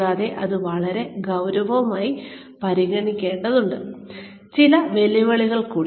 കൂടാതെ അത് വളരെ ഗൌരവമായി പരിഗണിക്കേണ്ടതുണ്ട് ചില വെല്ലുവിളികൾ കൂടി